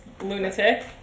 lunatic